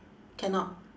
cannot